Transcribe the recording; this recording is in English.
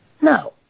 No